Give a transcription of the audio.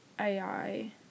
AI